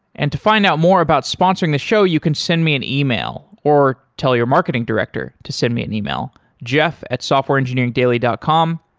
and to find out more about sponsoring the show, you can send me an yeah e-mail or tell your marketing director to send me an e-mail jeff at softwareengineeringdaily dot com.